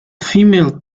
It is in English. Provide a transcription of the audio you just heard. female